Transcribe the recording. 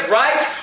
right